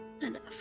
enough